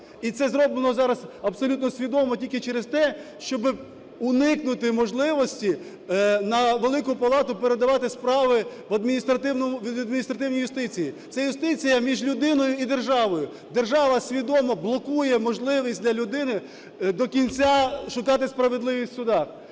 і це зроблено зараз абсолютно свідомо тільки через те, щоби уникнути можливості на Велику Палату передавати справи в адміністративному… адміністративні юстиції. Це юстиція між людиною і державою. Держава свідомо блокує можливість для людини до кінця шукати справедливість в судах.